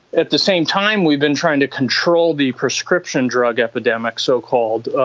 at the same time we've been trying to control the prescription drug epidemic, so-called,